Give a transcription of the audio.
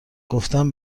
گفتن